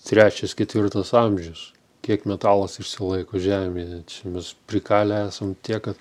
trečias ketvirtas amžius kiek metalas išsilaiko žemėje čia mes prikalę esam tiek ka